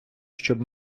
щоб